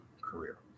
career